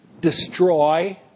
destroy